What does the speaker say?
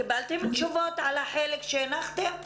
קיבלתם תשובות על החלק שהנחתם?